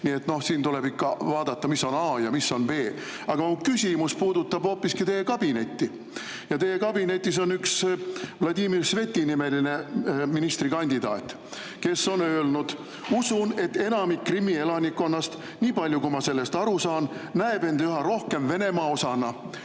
Nii et siin tuleb ikka vaadata, mis on A ja mis on B.Aga mu küsimus puudutab hoopiski teie kabinetti. Teie kabinetis on üks Vladimir Sveti nimeline ministrikandidaat, kes on öelnud: "Usun, et enamik Krimmi elanikkonnast, niipalju kui ma sellest aru saan, näeb end üha rohkem Venemaa osana."